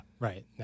Right